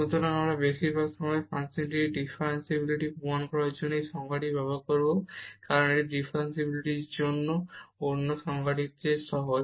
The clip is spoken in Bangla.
সুতরাং আমরা বেশিরভাগ সময় ফাংশনের ডিফারেনশিবিলিটি প্রমাণ করার জন্য এই সংজ্ঞাটি ব্যবহার করব কারণ এটি ডিফারেনশিবিলিটির অন্য সংজ্ঞাটির চেয়ে সহজ